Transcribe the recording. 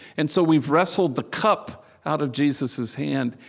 and so we've wrestled the cup out of jesus's hand,